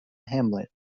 hamlet